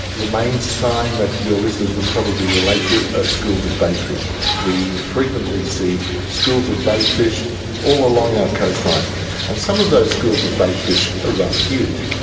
the main sign that your listeners would probably relate to are ah schools of baitfish. we frequently see schools of baitfish all along our coastline and some of those schools of baitfish are rather huge.